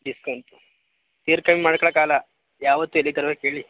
discount ಇರ್ಕಂಡು ಮಾಡ್ಕೊಳಕಾಗಲ್ಲ ಯಾವತ್ತು ಎಲ್ಲಿಗೆ ತರ್ಬೇಕು ಹೇಳಿ